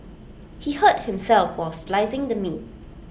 he hurt himself while slicing the meat